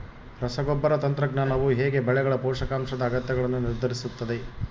ರಸಗೊಬ್ಬರ ತಂತ್ರಜ್ಞಾನವು ಹೇಗೆ ಬೆಳೆಗಳ ಪೋಷಕಾಂಶದ ಅಗತ್ಯಗಳನ್ನು ನಿರ್ಧರಿಸುತ್ತದೆ?